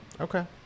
Okay